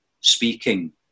speaking